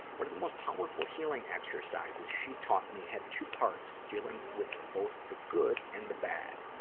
one of the most powerful healing exercises she taught me had two parts, dealing with both the good and the bad.